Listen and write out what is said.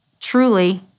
truly